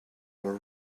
were